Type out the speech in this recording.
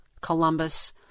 Columbus